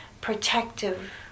protective